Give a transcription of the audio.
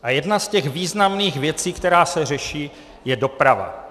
A jedna z těch významných věcí, která se řeší, je doprava.